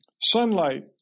Sunlight